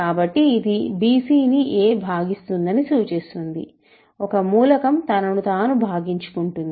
కాబట్టి ఇది bc ని a భాగిస్తుందని సూచిస్తుంది ఒక మూలకం తనను తాను భాగించుకుంటుంది